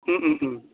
ওম ওম ওম